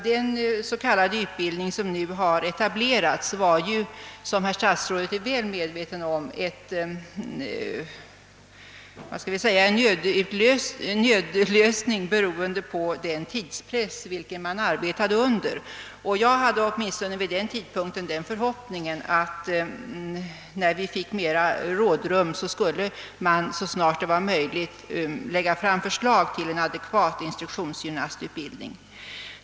Den s.k. utbildning som nu har etablerats är ju, som herr statsrådet är väl medveten om, en nödlösning, beroende på den tidspress vilken man arbetat under, Jag hade den förhoppningen att man, när man fick mera rådrum, så snart det var möjligt skulle lägga fram förslag till en adekvat instruktionssjukgymnastutbildning.